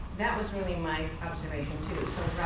that was really my observation too so